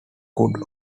could